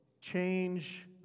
change